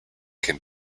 can